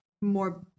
more